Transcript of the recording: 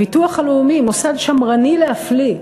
הביטוח הלאומי, מוסד שמרני להפליא,